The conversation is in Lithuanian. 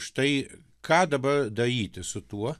štai ką dabar daryti su tuo